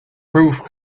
proof